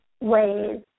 ways